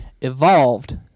evolved